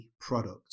product